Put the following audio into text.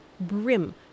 brim